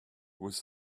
with